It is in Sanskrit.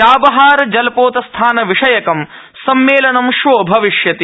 चाबहार चाबहार जलपोतस्थानविषयकं सम्मेलनं श्वो भविष्यति